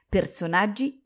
Personaggi